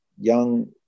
young